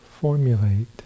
formulate